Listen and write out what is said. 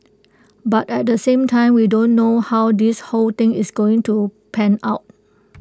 but at the same time we don't know how this whole thing is going to pan out